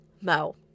Mo